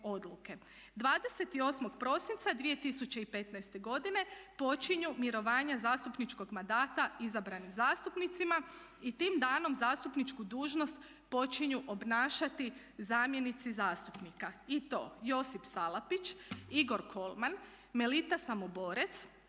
28. prosinca 2015. godine počinju mirovanja zastupničkog mandata izabranim zastupnicima i tim danom zastupničku dužnost počinju obnašati zamjenici zastupnika i to: Josip Salapić, Igor Kolman, Melita Samoborec,